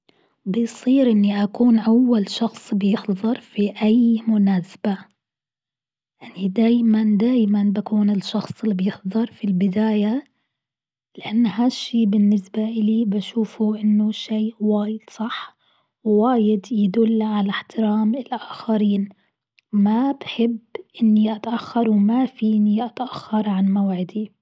بيصير إني أكون أول شخص بيحضر في أي مناسبة، يعني دايما دايما بكون الشخص إللي بيحضر في البداية لأن هالشيء بالنسبة إلي بشوفه إنه شيء واجد صح وواجد يدل على احترام الأخرين، ما بحب إني اتأخر وما فيني اتأخر عن موعدي.